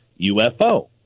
UFO